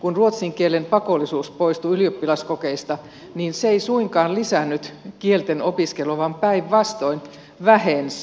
kun ruotsin kielen pakollisuus poistui ylioppilaskokeista niin se ei suinkaan lisännyt kieltenopiskelua vaan päinvastoin vähensi